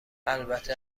البته